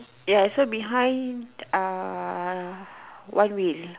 ya so behind uh one wheel